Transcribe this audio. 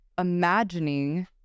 Imagining